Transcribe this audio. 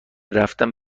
رفتن